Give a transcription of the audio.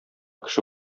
кеше